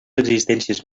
existències